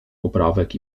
poprawek